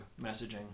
messaging